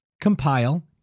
compile